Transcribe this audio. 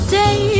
day